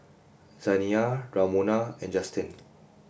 Zaniyah Ramona and Justen